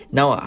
Now